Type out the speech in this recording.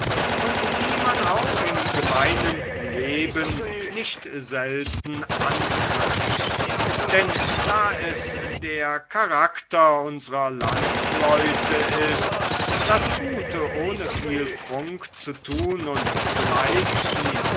und die man auch im gemeinen leben nicht selten antrifft denn da es der charakter unsrer landsleute ist das gute ohne viel prunk zu tun und zu leisten